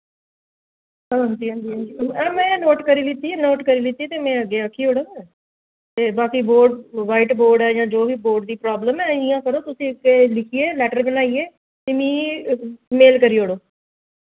हां जी हां जी हां जी हां में नोट करी लैत्ती करी लैत्ती ते में अग्गे आक्खी ओड़ग ते बाकि बोर्ड वाइट बोर्ड ऐ जां जो बी बोर्ड दी प्राब्लम ऐ इ'यां करो तुस इक एह् लिखियै लैटर बनाइयै ते मिगी मेल करी ओड़ो